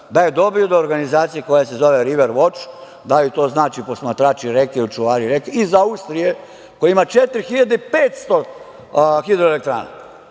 da je dobio od organizacije koja se zove „River voč“, da li to znači „posmatrači reke“ ili „čuvari reke“, iz Austrije, koja ima 4.500 hidroelektrana.